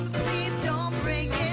please don't um break